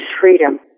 freedom